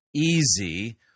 easy